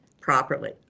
properly